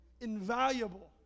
Invaluable